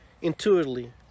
Intuitively